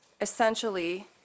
essentially